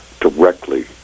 directly